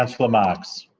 councillor marx